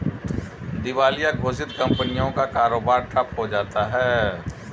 दिवालिया घोषित कंपनियों का कारोबार ठप्प हो जाता है